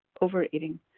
overeating